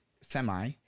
semi